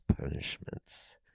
punishments